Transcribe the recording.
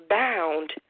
bound